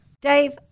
Dave